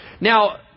Now